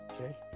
Okay